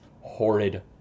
horrid